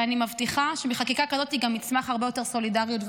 ואני מבטיחה שבחקיקה כזאת גם תצמח הרבה יותר סולידריות ואחדות,